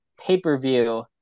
pay-per-view